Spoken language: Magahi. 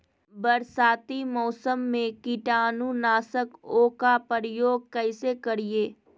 बरसाती मौसम में कीटाणु नाशक ओं का प्रयोग कैसे करिये?